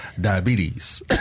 diabetes